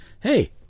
hey